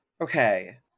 Okay